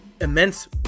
immense